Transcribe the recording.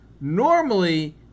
Normally